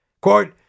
Quote